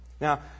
Now